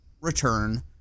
return